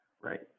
right